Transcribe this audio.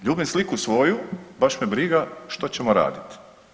Ljubim sliku svoju, baš me briga što ćemo raditi.